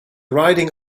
riding